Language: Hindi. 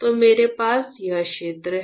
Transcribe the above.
तो मेरे पास यह क्षेत्र है